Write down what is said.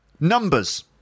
Numbers